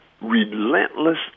relentless